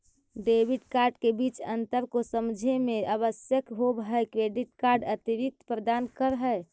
Debit card के बीच अंतर को समझे मे आवश्यक होव है क्रेडिट कार्ड अतिरिक्त प्रदान कर है?